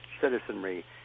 citizenry